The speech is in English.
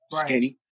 skinny